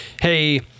hey